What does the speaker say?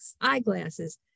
eyeglasses